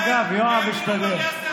דרך אגב, יואב השתדל.